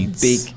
big